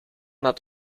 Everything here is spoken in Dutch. dat